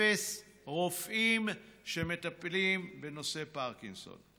אפס רופאים שמטפלים בנושא פרקינסון.